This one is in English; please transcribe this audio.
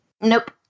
Nope